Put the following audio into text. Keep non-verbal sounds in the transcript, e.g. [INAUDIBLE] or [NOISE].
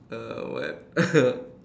uh what [LAUGHS]